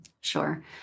Sure